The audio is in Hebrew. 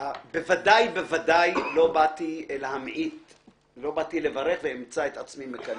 בוודאי ובוודאי לא באתי לברך ואמצא את עצמי מקלל.